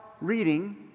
reading